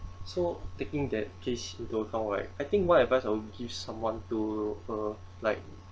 so taking that case into account like I think what advice I would give someone to uh like